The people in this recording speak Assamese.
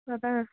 তাৰ পৰা